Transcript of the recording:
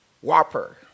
whopper